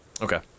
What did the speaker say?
Okay